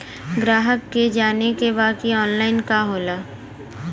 ग्राहक के जाने के बा की ऑनलाइन का होला?